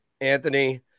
Anthony